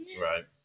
Right